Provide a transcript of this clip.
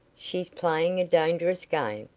she's playing a dangerous game,